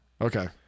okay